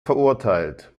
verurteilt